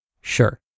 Sure